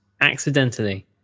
accidentally